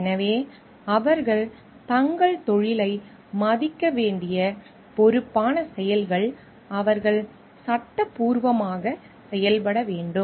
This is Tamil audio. எனவே அவர்கள் தங்கள் தொழிலை மதிக்க வேண்டிய பொறுப்பான செயல்கள் அவர்கள் சட்டப்பூர்வமாக செயல்பட வேண்டும்